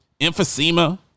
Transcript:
emphysema